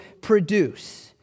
produce